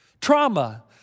trauma